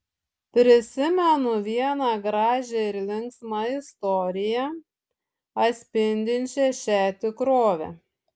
prisimenu vieną gražią ir linksmą istoriją atspindinčią šią tikrovę